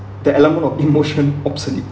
the element of emotion obsolete